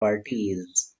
parties